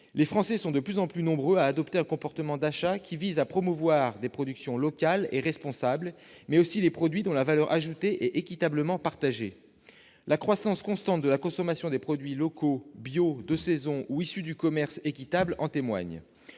les Français sont de plus en plus nombreux à adopter un comportement d'achat qui vise à promouvoir des productions locales et responsables, mais aussi les produits dont la valeur ajoutée est équitablement partagée. La croissance constante de la consommation des produits locaux, bio, de saison ou issus du commerce équitable en témoigne.